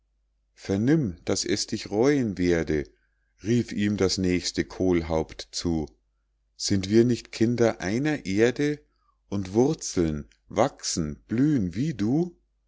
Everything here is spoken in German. vernimm daß es dich reuen werde rief ihm das nächste kohlhaupt zu sind wir nicht kinder einer erde und wurzeln wachsen blühn wie du